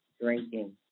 drinking